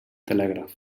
telègraf